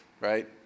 right